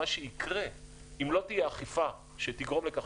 מה שיקרה אם לא תהיה אכיפה שתגרום לכך